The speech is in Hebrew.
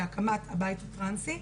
להקמת הבית הטרנסי.